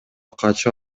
качып